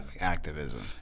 activism